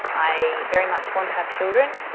i very much want to have children,